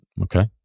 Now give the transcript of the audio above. Okay